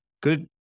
good